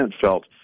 felt